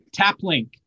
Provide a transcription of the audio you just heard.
Taplink